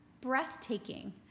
breathtaking